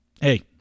hey